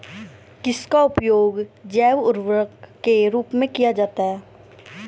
किसका उपयोग जैव उर्वरक के रूप में किया जाता है?